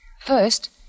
First